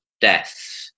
death